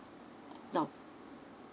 now